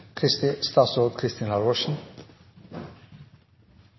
til statsråd Kristin Halvorsen